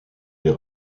est